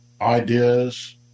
ideas